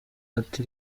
ati